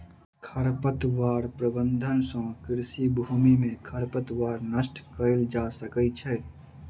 खरपतवार प्रबंधन सँ कृषि भूमि में खरपतवार नष्ट कएल जा सकै छै